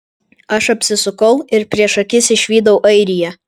aš apsisukau ir prieš akis išvydau airiją